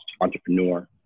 entrepreneur